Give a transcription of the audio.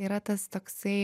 yra tas toksai